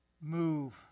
move